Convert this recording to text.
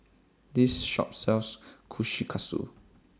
This Shop sells Kushikatsu